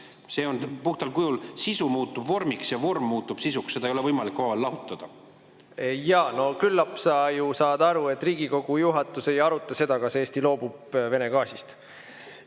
see on ju point. Sisu muutub vormiks ja vorm muutub sisuks, neid ei ole võimalik lahutada. No küllap sa saad aru, et Riigikogu juhatus ei aruta seda, kas Eesti loobub Vene gaasist.